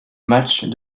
matchs